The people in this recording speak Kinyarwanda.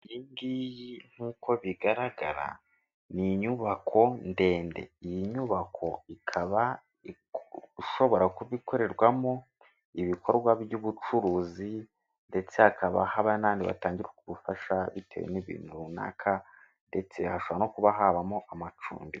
Iyi ngiyi nk'uko bigaragara ni inyubako ndende, iyi nyubako ikaba ishobora kuba ikorerwamo ibikorwa by'ubucuruzi ndetse hakaba haba n'ahantu batangira ubwo bufasha bitewe n'ibintu runaka ndetse hashobora no kuba habamo amacumbi.